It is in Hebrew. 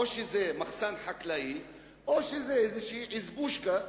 שזה מחסן חקלאי או שזה איזו איזבושקה,